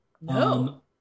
No